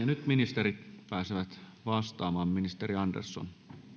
nyt ministerit pääsevät vastaamaan ministeri andersson